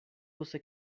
você